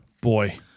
boy